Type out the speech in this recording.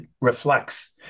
reflects